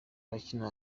abakina